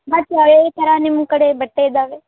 ಮತ್ತೆ ಯಾವ ಯಾವ ಥರ ನಿಮ್ಮ ಕಡೆ ಬಟ್ಟೆ ಇದಾವೆ